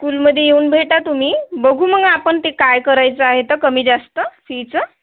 स्कूलमध्ये येऊन भेटा तुम्ही बघू मग आपण ते काय करायचं आहे तर कमी जास्त फीचं